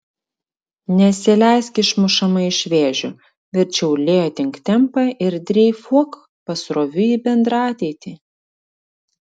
nesileisk išmušama iš vėžių verčiau lėtink tempą ir dreifuok pasroviui į bendrą ateitį